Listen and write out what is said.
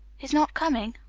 he's not coming!